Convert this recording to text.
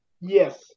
Yes